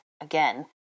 again